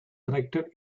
erected